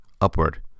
upward